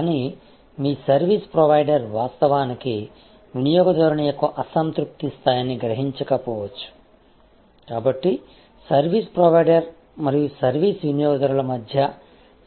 కానీ మీ service provider వాస్తవానికి వినియోగదారుని యొక్క అసంతృప్తి స్థాయిని గ్రహించకపోవచ్చు కాబట్టి సర్వీస్ ప్రొవైడర్ మరియు సర్వీస్ వినియోగదారుల మధ్య